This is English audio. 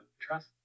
trust